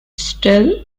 still